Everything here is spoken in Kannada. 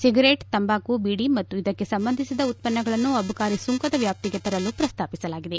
ಸಿಗರೇಟ್ ತಂಬಾಕು ಬೀಡಿ ಮತ್ತು ಇದಕ್ಕೆ ಸಂಬಂಧಿಸಿದ ಉತ್ಪನ್ನಗಳನ್ನು ಅಬಕಾರಿ ಸುಂಕದ ವ್ಯಾಪ್ತಿಗೆ ತರಲು ಪ್ರಸ್ತಾಪಿಸಲಾಗಿದೆ